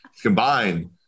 combined